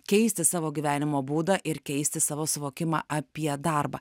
keisti savo gyvenimo būdą ir keisti savo suvokimą apie darbą